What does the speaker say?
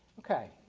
okay.